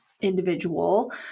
individual